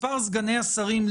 מספר סגני השרים,